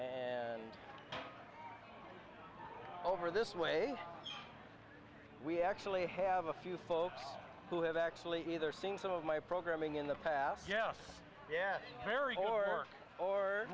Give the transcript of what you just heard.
and over this way we actually have a few folks who have actually either sing some of my programming in the past yeah yeah